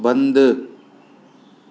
बंदि